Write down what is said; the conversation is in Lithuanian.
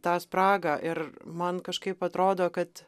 tą spragą ir man kažkaip atrodo kad